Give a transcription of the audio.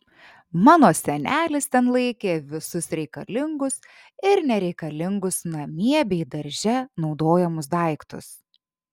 mano senelis ten laikė visus reikalingus ir nereikalingus namie bei darže naudojamus daiktus